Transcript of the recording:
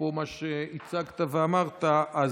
מה שהצגת ואמרת פה,